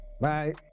Bye